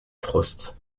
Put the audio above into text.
frost